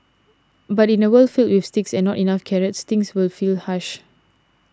but in a world filled with sticks and not enough carrots things would feel harsh